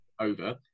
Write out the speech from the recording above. over